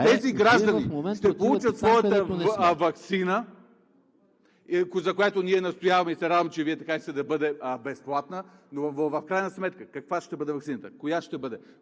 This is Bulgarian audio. Тези граждани ще получат своята ваксина, за която ние настояваме, и се радвам, че Вие искате да бъде безплатна. Но в крайна сметка каква ще бъде ваксината? Коя ще бъде?